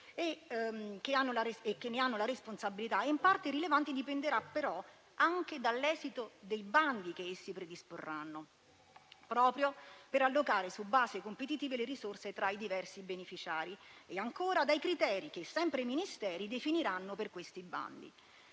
che hanno la responsabilità e, in parte rilevante, dipenderà però dall'esito dei bandi che essi predisporranno, proprio per allocare su base competitiva le risorse tra i diversi beneficiari e, ancora, dai criteri che sempre i Ministeri definiranno per questi bandi.